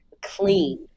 clean